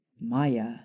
maya